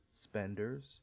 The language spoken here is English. Spenders